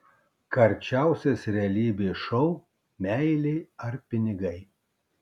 karčiausias realybės šou meilė ar pinigai